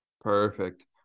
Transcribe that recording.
Perfect